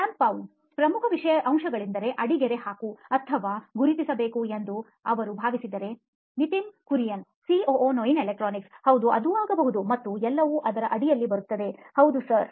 ಶ್ಯಾಮ್ ಪಾಲ್ ಎಂಪ್ರಮುಖ ಅಂಶಗಳಿಗೆ ಅಡಿಗೆರೆ ಹಾಕು ಅಥವಾ ಗುರುತಿಸಬೇಕು ಎಂದು ಅವನು ಭಾವಿಸಿದರೆ ನಿತಿನ್ ಕುರಿಯನ್ ಸಿಒಒ ನೋಯಿನ್ ಎಲೆಕ್ಟ್ರಾನಿಕ್ಸ್ ಹೌದು ಅದು ಆಗಬಹುದು ಮತ್ತೆ ಎಲ್ಲವೂ ಇದರ ಅಡಿಯಲ್ಲಿ ಬರುತ್ತದೆ ಹೌದು ಸರಿ